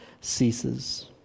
ceases